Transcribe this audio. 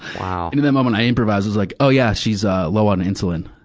wow. and in that moment, i improvised. i was like, oh, yeah, she's, ah, low on insulin.